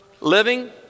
living